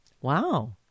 Wow